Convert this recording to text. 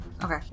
Okay